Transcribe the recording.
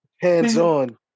Hands-on